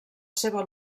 seva